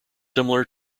similar